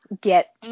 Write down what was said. get